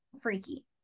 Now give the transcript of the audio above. freaky